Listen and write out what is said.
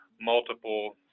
multiple